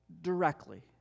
directly